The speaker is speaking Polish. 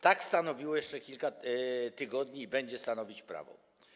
Tak stanowiło jeszcze kilka tygodni temu i będzie stanowić prawo.